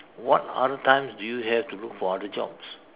what other times do you have to look for other jobs